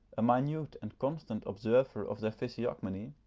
a minute and constant observer of their physiognomy,